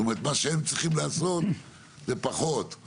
מה שהם צריכים לעשות, זה פחות.